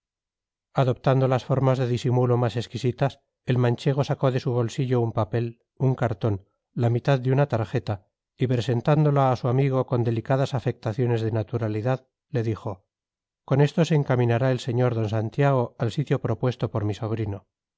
adoptando las formas de disimulo más exquisitas el manchego sacó de su bolsillo un papel un cartón la mitad de una tarjeta y presentándola a su amigo con delicadas afectaciones de naturalidad le dijo con esto se encaminará el sr d santiago al sitio propuesto por mi sobrino